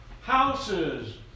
Houses